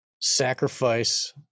sacrifice